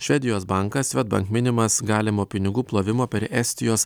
švedijos bankas svedbank minimas galimo pinigų plovimo per estijos